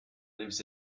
lives